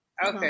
Okay